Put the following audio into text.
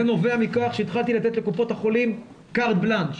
זה נובע מכך שהתחלתי לתת לקופות החולים קארד בלאנש.